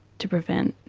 to prevent.